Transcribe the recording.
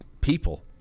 people